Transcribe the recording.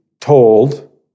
told